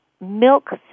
Milk